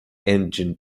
engine